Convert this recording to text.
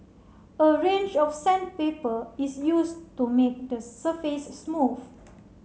a range of sandpaper is used to make the surface smooth